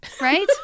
right